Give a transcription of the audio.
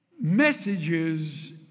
messages